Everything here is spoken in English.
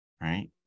right